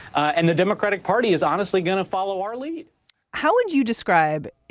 and the democratic party is honestly going to follow our lead how would you describe.